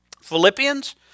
Philippians